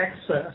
access